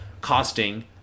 costing